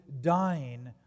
dying